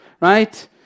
Right